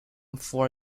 for